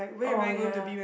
orh ya